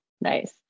Nice